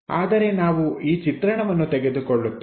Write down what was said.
ಆದರೆ ನಾವು ಈ ಚಿತ್ರಣವನ್ನು ತೆಗೆದುಕೊಳ್ಳುತ್ತೇವೆ